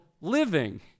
living